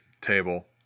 table